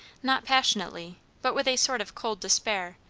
not passionately, but with a sort of cold despair,